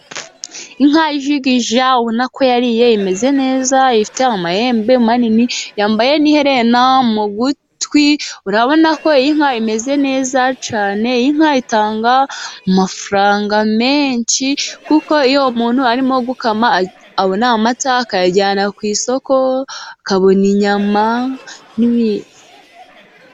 Inka yijigija ubona ko yariye imeze neza, ifite amahembe manini yambaye n'iherena mu gutwi, urabona ko iyi inka imeze neza cyane, inka itanga amafaranga menshi, kuko iyo umuntu arimo gukama abona amata akayajyana ku isoko, akabona inyama n'ibindi.